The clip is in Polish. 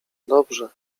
dobrze